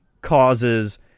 causes